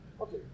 Okay